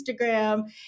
Instagram